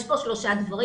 יש כאן שלושה דברים.